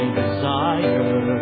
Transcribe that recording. desire